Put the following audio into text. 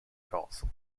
castle